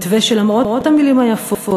מתווה שלמרות המילים היפות,